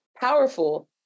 powerful